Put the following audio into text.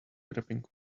grabbing